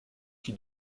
qui